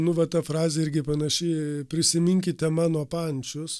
nu va ta frazė irgi panaši prisiminkite mano pančius